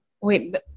Wait